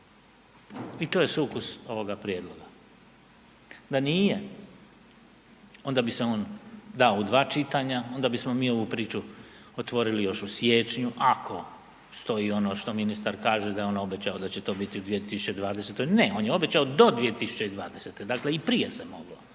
i to je sukus ovoga prijedloga. Da nije onda bi se on dao u dva čitanja, onda bismo mi ovu priču otvorili još u siječnju ako stoji ono što ministar kaže da je on obećao da će to biti u 2020., ne on je obećao do 2020., dakle i prije se moglo.